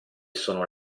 sono